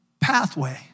pathway